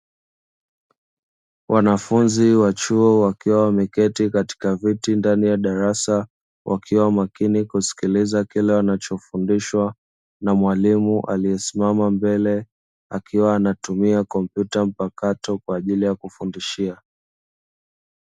Wanafunzi wa chuo wakiwa wameketi katika viti ndani ya darasa wakiwa makini kusikiliza kile wanachofundishwa na mwalimu aliyesimama mbele akiwa anatumia kompyuta mpakato kwa ajili ya kufundishia.